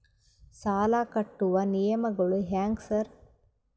ಸಾಲ ಕಟ್ಟುವ ನಿಯಮಗಳು ಹ್ಯಾಂಗ್ ಸಾರ್?